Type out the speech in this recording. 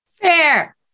Fair